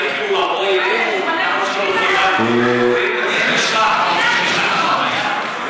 לא צריך לבוא אלינו בטענות שלא קיבלת.